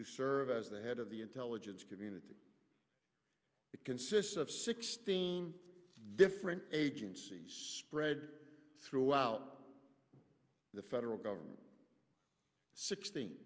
to serve as the head of the intelligence community that consists of sixteen different agencies spread throughout the federal government sixteen